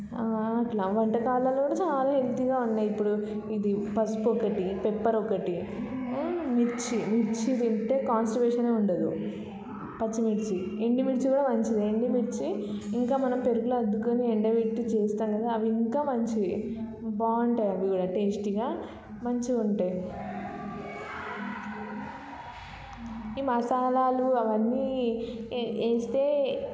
అట్లా వంటకాలలో కూడా చాలా హెల్తిగా ఉన్నాయి ఇప్పుడు ఇది పసుపు ఒకటి పెప్పర్ ఒకటి మిర్చి మిర్చి తింటే కాంస్టుపేషన్ ఉండదు పచ్చిమిర్చి ఎండుమిర్చి కూడా మంచిదే ఎండిమిర్చి ఇంకా మనం పెరుగులో అద్దుకొని ఎండబెట్టి చేస్తాం కదా అవి ఇంకా మంచిది బాగుంటాయి అవి కూడా టేస్ట్గా మంచిగా ఉంటాయి ఈ మసాలాలు అవన్నీ ఏ వేస్తే